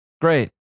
Great